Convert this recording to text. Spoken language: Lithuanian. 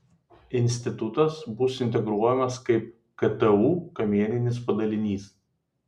institutas bus integruojamas kaip ktu kamieninis padalinys